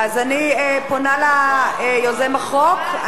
אני פונה ליוזם החוק.